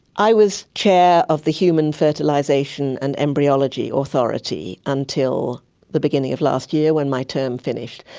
i was chair of the human fertilisation and embryology authority until the beginning of last year when my term finished.